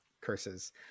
Curses